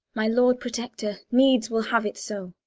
my lord protector needs will have it so.